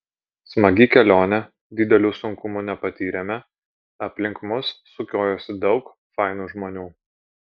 smagi kelionė didelių sunkumų nepatyrėme aplink mus sukiojosi daug fainų žmonių